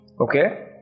Okay